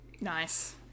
Nice